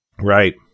Right